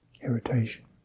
irritation